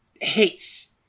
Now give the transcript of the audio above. hates